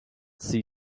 see